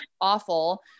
awful